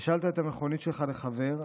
השאלת את המכונית שלך לחבר,